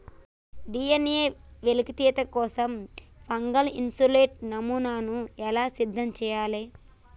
DNA వెలికితీత కోసం fungal isolate నమూనాను ఎలా సిద్ధం చెయ్యాలి?